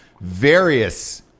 various